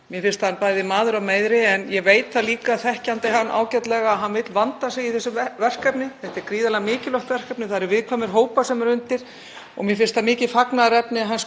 Mér finnst hann maður að meiri en ég veit það líka, þekkjandi hann ágætlega, að hann vill vanda sig í þessu verkefni. Þetta er gríðarlega mikilvægt verkefni. Það eru viðkvæmir hópar sem eru undir. Mér finnst það mikið fagnaðarefni að